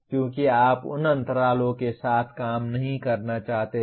क्योंकि आप उन अंतरालों के साथ काम नहीं करना चाहते हैं